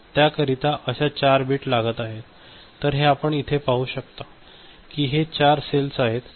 तर हे आपण इथे पाहू शकता की ते चार सेल्स आहेत